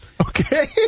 Okay